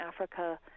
Africa